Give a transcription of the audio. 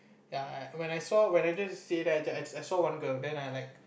ya I when I saw when I just stay there I just then I saw one girl then I like